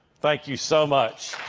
thank you so much.